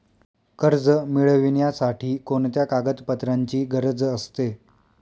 कर्ज मिळविण्यासाठी कोणत्या कागदपत्रांची गरज असते?